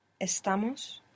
Estamos